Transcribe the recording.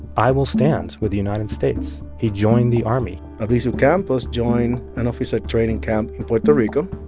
i will stand with the united states. he joined the army albizu campos joined an officer training camp in puerto rico.